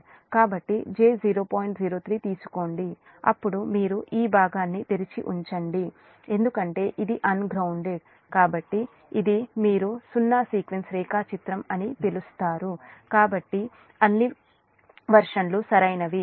03 తీసుకోండి అప్పుడు మీరు ఈ భాగాన్ని తెరిచి ఉంచండి ఎందుకంటే ఇది అన్గ్రౌండ్డ్ కాబట్టి ఇది మీరు సున్నా సీక్వెన్స్ రేఖాచిత్రం అని పిలుస్తారు కాబట్టి అన్ని వెర్షన్లు సరైనవి